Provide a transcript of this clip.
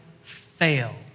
fail